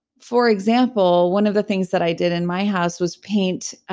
for example, one of the things that i did in my house was paint,